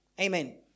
Amen